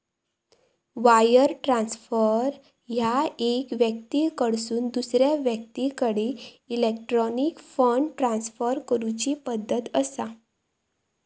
wire transfer ह्या एका व्यक्तीकडसून दुसरा व्यक्तीकडे इलेक्ट्रॉनिक फंड ट्रान्सफर करूची पद्धत असा